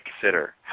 consider